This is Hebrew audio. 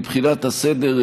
מבחינת הסדר,